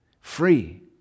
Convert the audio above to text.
free